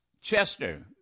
Chester